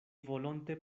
volonte